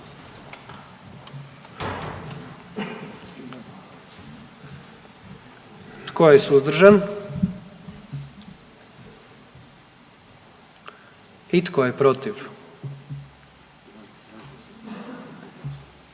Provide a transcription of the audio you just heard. Tko je suzdržan? I tko je protiv?